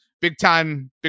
big-time